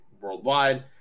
worldwide